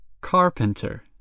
Carpenter